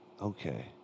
Okay